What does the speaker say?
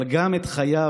/ אבל גם את חייו,